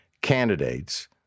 candidates